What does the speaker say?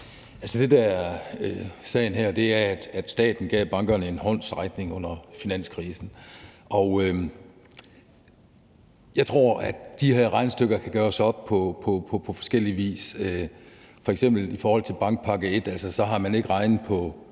(S): Det, der er sagen her, er, at staten gav bankerne en håndsrækning under finanskrisen. Og jeg tror, at de her regnestykker kan gøres op på forskellig vis. F.eks. har man i forhold til bankpakke I ikke regnet på